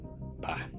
Bye